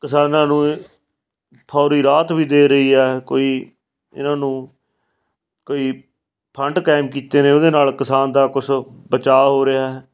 ਕਿਸਾਨਾਂ ਨੂੰ ਫੌਰੀ ਰਾਹਤ ਵੀ ਦੇ ਰਹੀ ਹੈ ਕੋਈ ਇਹਨਾਂ ਨੂੰ ਕਈ ਫੰਡ ਕਾਇਮ ਕੀਤੇ ਨੇ ਉਹਦੇ ਨਾਲ ਕਿਸਾਨ ਦਾ ਕੁਝ ਬਚਾਅ ਹੋ ਰਿਹਾ